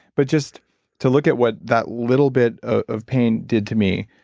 but just to look at what that little bit of pain did to me,